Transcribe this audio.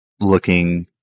looking